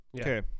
Okay